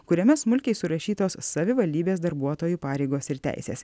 kuriame smulkiai surašytos savivaldybės darbuotojų pareigos ir teisės